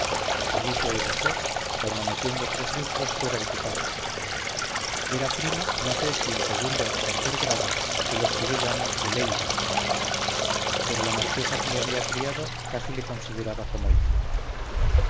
allí se educó permaneciendo tres lustros fuerade su patria era primo no sé si en segundo o tercer grado de los que yo llamo de leiva pero la marquesa que le había criado casi le consideraba como hijo